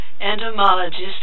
Entomologist